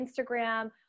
Instagram